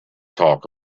talk